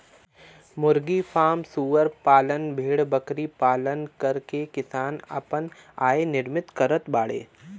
मुर्गी फ्राम सूअर पालन भेड़बकरी पालन करके किसान आपन आय निर्मित करत बाडे